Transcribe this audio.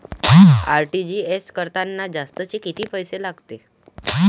RTGS करतांनी जास्तचे कितीक पैसे लागते?